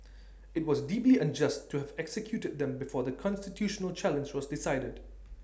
IT was deeply unjust to have executed them before the constitutional challenge was decided